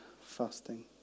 fasting